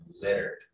littered